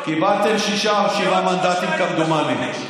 קיבלתם שישה או שבעה מנדטים, כמדומני.